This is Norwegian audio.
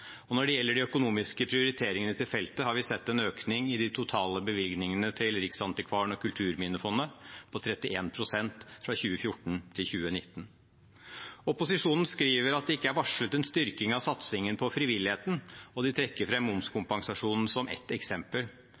Når det gjelder de økonomiske prioriteringene til feltet, har vi sett en økning i de totale bevilgningene til Riksantikvaren og Kulturminnefondet på 31 pst. fra 2014 til 2019. Opposisjonen skriver at det ikke er varslet en styrking av satsingen på frivilligheten, og de trekker fram momskompensasjonen som ett eksempel.